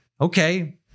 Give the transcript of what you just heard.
Okay